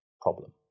problem